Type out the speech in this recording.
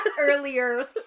earlier